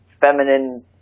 feminine